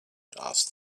asked